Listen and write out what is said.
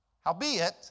Howbeit